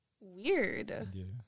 weird